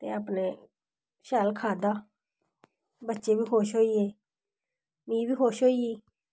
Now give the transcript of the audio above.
ते अपने शैल खाद्धा ते बच्चे बी खुश होई गे में बी खुश होई